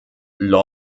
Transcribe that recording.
law